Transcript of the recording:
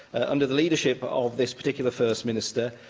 under the leadership of this particular first minister,